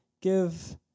give